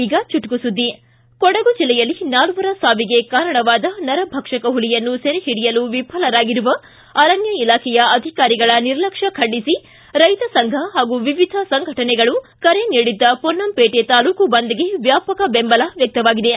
ಈಗ ಚುಟುಕು ಸುದ್ದಿ ಕೊಡಗು ಜಿಲ್ಲೆಯಲ್ಲಿ ನಾಲ್ವರ ಸಾವಿಗೆ ಕಾರಣವಾದ ನರಭಕ್ಷಕ ಹುಲಿಯನ್ನು ಸೆರೆಓಡಿಯಲು ವಿಫಲರಾಗಿರುವ ಅರಣ್ಯ ಇಲಾಖೆಯ ಅಧಿಕಾರಿಗಳ ನಿರ್ಲಕ್ಷ್ಮ ಖಂಡಿಸಿ ರೈತ ಸಂಘ ಹಾಗೂ ವಿವಿಧ ಸಂಘಟನೆಗಳು ಕರೆನೀಡಿದ ಪೊನ್ನಂಪೇಟೆ ತಾಲೂಕು ಬಂದ್ಗೆ ವ್ಚಾಪಕ ಬೆಂಬಲ ವ್ಯಕ್ತವಾಯಿತು